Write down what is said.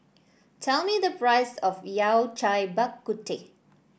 tell me the price of Yao Cai Bak Kut Teh